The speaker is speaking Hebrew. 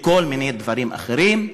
בכל מיני דברים אחרים,